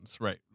right